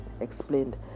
explained